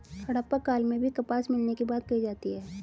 हड़प्पा काल में भी कपास मिलने की बात कही जाती है